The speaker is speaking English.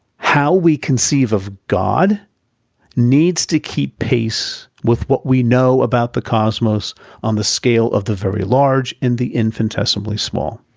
how we conceive of god needs to keep pace with what we know about the cosmos on the scale of the very large and the infinitesimally small.